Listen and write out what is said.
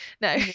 No